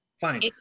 Fine